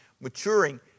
maturing